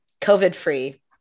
COVID-free